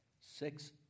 six